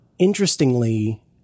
Interestingly